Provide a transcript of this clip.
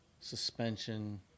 suspension